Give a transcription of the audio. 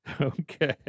Okay